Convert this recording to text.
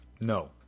No